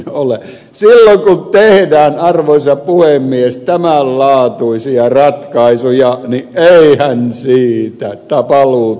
silloin kun tehdään arvoisa puhemies tämän laatuisia ratkaisuja niin eihän siitä paluuta ole